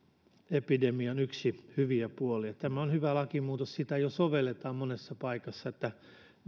epidemian yksi hyviä puolia tämä on hyvä lakimuutos ja sitä jo sovelletaan monessa paikassa että